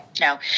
No